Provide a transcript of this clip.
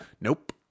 Nope